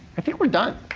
i think we're done.